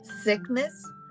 sickness